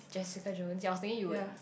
Jessica-Jones yeah I was thinking you would